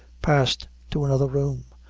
passed to another room,